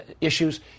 issues